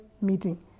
Meeting